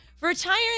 Retiring